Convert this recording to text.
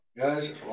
Guys